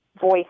voice